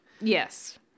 yes